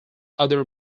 other